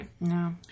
No